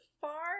far